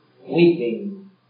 weeping